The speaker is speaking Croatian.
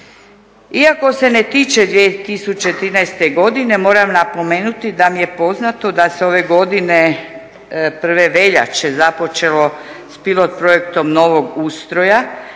Iako se ne tiče 2013. godine moram napomenuti da mi je poznato da se ove godine 1. veljače započelo s pilot projektom novog ustroja